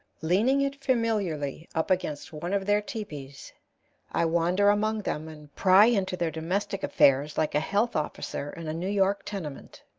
leaning it familiarly up against one of their teepes, i wander among them and pry into their domestic affairs like a health-officer in a new york tenement.